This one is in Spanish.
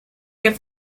que